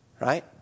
right